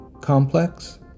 complex